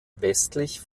westlich